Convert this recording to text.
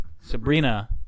Sabrina